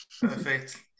Perfect